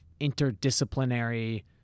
interdisciplinary